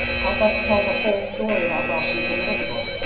help us tell the whole story about washington middle school,